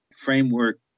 framework